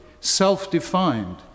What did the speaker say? self-defined